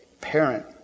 parent